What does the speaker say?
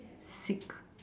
sick